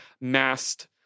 masked